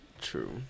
True